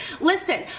Listen